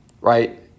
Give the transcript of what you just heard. right